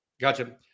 gotcha